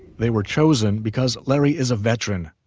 they were chosen because larry is a veteran.